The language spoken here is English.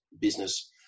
business